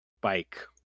bike